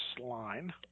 line